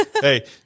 Hey